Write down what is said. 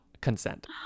consent